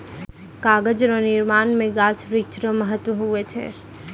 कागज रो निर्माण मे गाछ वृक्ष रो महत्ब हुवै छै